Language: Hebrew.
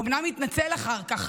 הוא אומנם התנצל אחר כך,